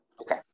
Okay